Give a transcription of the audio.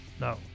no